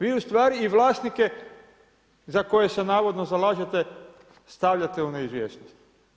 Vi ustvari i vlasnike za koje se navodno zalažete, stavljate u neizvjesnost.